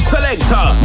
Selector